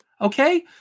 Okay